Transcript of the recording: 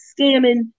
scamming